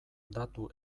datu